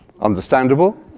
understandable